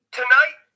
tonight